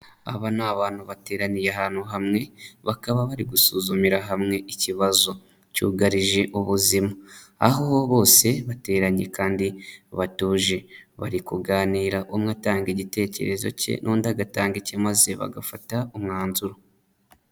Aba ni abantu bateraniye ahantu hamwe bakaba bari gusuzumira hamwe ikibazo cyugarije ubuzima. Aho bose bateranye kandi batuje, bari kuganira umwe atanga igitekerezo cye n'undi agatanga icye maze bagafata umwanzuro.